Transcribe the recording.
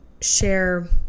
share